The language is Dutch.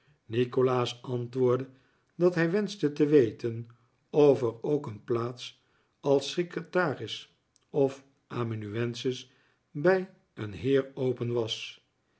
nikolaas antwoordde dat hij wenschte te weten of er ook een plaats als secretaris of amanuensis bij een heer open was